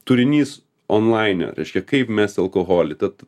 turinys onlaine reiškia kaip mest alkoholį tad